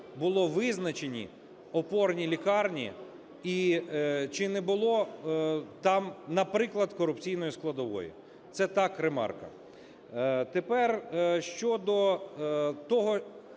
були визначені опорні лікарні, і чи не було там, наприклад, корупційної складової. Це так, ремарка.